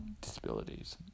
disabilities